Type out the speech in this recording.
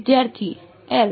વિદ્યાર્થી L